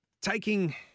Taking